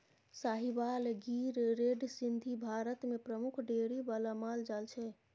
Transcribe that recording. Sahiwal, Gir, red Sindhi Bharat मे प्रमुख dairy बला माल जाल छै